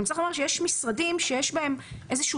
צריך גם לומר שיש משרדים שיש בהם איזשהו